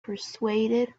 persuaded